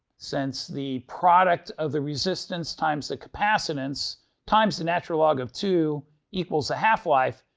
since the product of the resistance times the capacitance times the natural log of two equals a half-life,